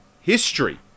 history